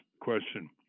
question